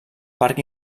parc